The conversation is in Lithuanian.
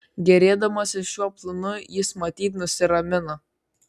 gėrėdamasis šiuo planu jis matyt nusiramino